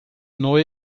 neu